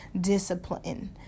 discipline